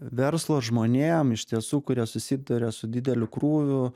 verslo žmonėm iš tiesų kurie susiduria su dideliu krūviu